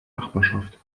nachbarschaft